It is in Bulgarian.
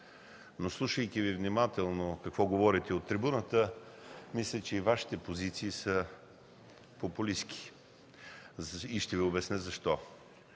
но, слушайки Ви внимателно какво говорите от трибуната, мисля че и Вашите позиции са популистки и ще Ви обясня защо.